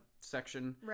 section